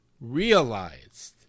realized